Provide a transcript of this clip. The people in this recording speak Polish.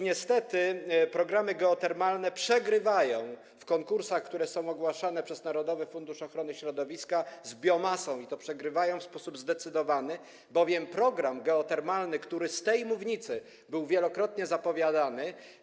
Niestety programy geotermalne przegrywają w konkursach, które są ogłaszane przez Narodowy Fundusz Ochrony Środowiska i Gospodarki Wodnej, z biomasą, i to przegrywają w sposób zdecydowany, bowiem program geotermalny, który z tej mównicy był wielokrotnie zapowiadany.